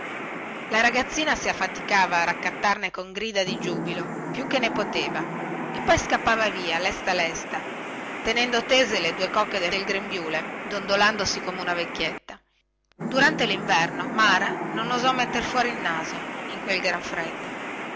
la ragazzina si affaticava a raccattarle con grida di giubilo più che ne poteva e poi scappava via lesta lesta tenendo tese le due cocche del grembiule dondolandosi come una vecchietta durante linverno mara non osò mettere fuori il naso in quel gran freddo